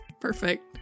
perfect